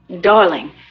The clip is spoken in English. Darling